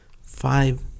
five